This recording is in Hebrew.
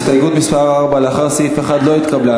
הסתייגות מס' 4, לאחרי סעיף 1, לא התקבלה.